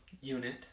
unit